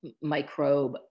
microbe